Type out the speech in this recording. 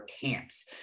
Camps